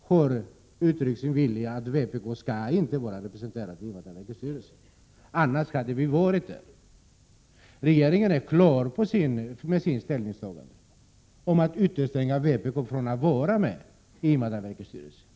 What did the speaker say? har uttryckt sin vilja att vpk inte skall vara representerat i denna styrelse. Annars hade vårt parti varit representerat. Regeringen har klargjort sitt ställningstagande, att utestänga vpk från att vara med i invandrarverkets styrelse.